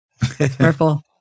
Purple